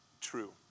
true